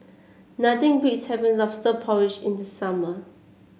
nothing beats having lobster porridge in the summer